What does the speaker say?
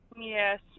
Yes